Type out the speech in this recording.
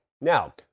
Now